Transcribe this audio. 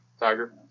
Tiger